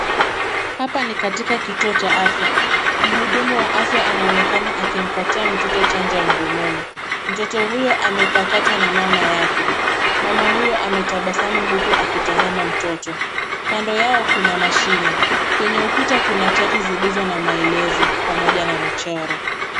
Hapa ni katika kituo cha afya, mhudumu wa afya anaonekana akimpatia mtoto chanjo ya mdomoni. Mtoto huyo amepakatwa na mama yake. Mama huyo ametabasamu huku akitazama mtoto, kando yao kuna mashine. Kwenye ukuta kuna chati zilizo na maelezo pamoja na michoro.